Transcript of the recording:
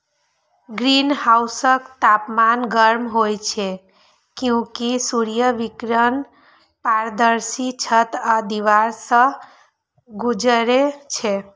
ग्रीनहाउसक तापमान गर्म होइ छै, कियैकि सूर्य विकिरण पारदर्शी छत आ दीवार सं गुजरै छै